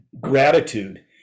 gratitude